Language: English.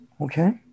okay